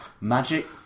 magic